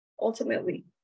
ultimately